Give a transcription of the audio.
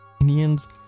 Indians